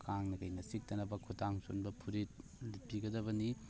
ꯀꯥꯡꯅ ꯀꯔꯤꯅ ꯆꯤꯛꯇꯅꯕ ꯈꯨꯗꯥꯡ ꯆꯣꯟꯕ ꯐꯨꯔꯤꯠ ꯂꯤꯠꯄꯤꯒꯗꯕꯅꯤ